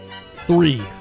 three